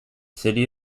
city